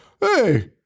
hey